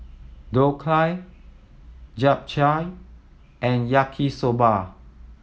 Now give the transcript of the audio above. Dhokla Japchae and Yaki Soba